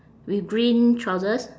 with green trousers